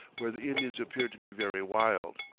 where the indians appeared to be very wild.